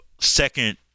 second